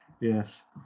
Yes